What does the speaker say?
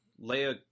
Leia